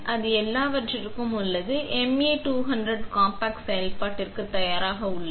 அது எல்லாவற்றிற்கும் உள்ளது MA200 காம்பாக்ட் செயல்பாட்டிற்கு தயாராக உள்ளது